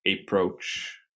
approach